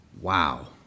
wow